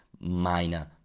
minor